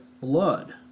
blood